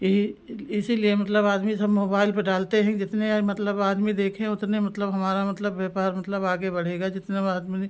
यही इसीलिए मतलब आदमी सब मोबाइल पर डालते हैं कि जितने मतलब आदमी देखें उतने मतलब हमारा मतलब व्यापार मतलब आगे बढ़ेगा जितने आदमी